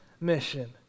mission